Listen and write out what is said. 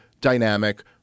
dynamic